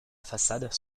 façade